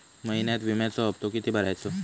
महिन्यात विम्याचो हप्तो किती भरायचो?